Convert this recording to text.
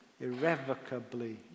Irrevocably